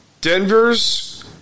Denver's